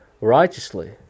righteously